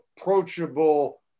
approachable